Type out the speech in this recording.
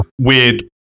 weird